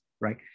right